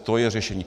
To je řešení.